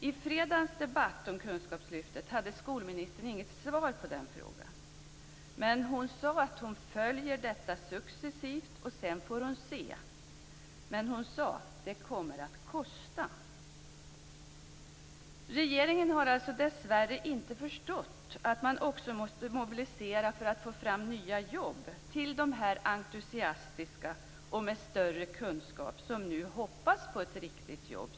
I fredagens debatt om kunskapslyftet hade skolministern inget svar på den frågan. Hon sade att hon följer detta successivt och sedan får hon se. Men hon sade att det kommer att kosta. Regeringen har alltså dessvärre inte förstått att man också måste mobilisera för att få fram nya jobb till de entusiastiska studerande som nu med sina genom kunskapslyftet utökade kunskaper hoppas på ett riktigt jobb.